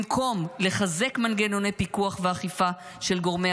במקום לחזק מנגנוני פיקוח ואכיפה של גורמי